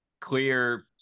clear